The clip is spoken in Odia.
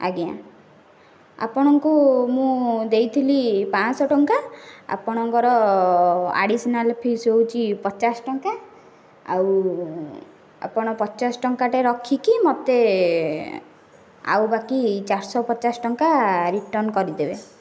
ଆଜ୍ଞା ଆପଣଙ୍କୁ ମୁଁ ଦେଇଥିଲି ପାଞ୍ଚ ଶହ ଟଙ୍କା ଆପଣଙ୍କର ଆଡ଼ିସିନାଲ୍ ଫିସ୍ ହେଉଛି ପଚାଶ ଟଙ୍କା ଆଉ ଆପଣ ପଚାଶ ଟଙ୍କାଟେ ରଖିକି ମୋତେ ଆଉ ବାକି ଚାରିଶହ ପଚାଶ ଟଙ୍କା ରିଟର୍ନ୍ କରିଦେବେ